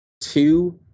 two